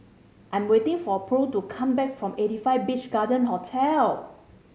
I am waiting for Purl to come back from Eighty Five Beach Garden Hotel